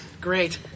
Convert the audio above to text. Great